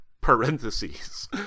parentheses